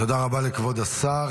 תודה רבה לכבוד השר.